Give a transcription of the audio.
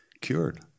cured